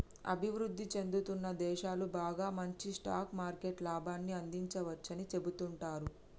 అభివృద్ధి చెందుతున్న దేశాలు బాగా మంచి స్టాక్ మార్కెట్ లాభాన్ని అందించవచ్చని సెబుతుంటారు